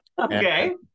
okay